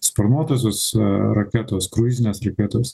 sparnuotosios raketos kruizinės raketos